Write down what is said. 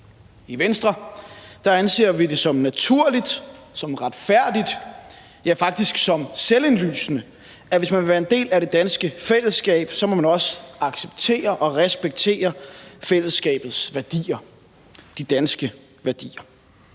I Venstre anser vi det som naturligt, som retfærdigt, ja, faktisk som indlysende, at hvis man vil være en del af det fællesskab, må man også acceptere og respektere fællesskabets værdier - de danske værdier.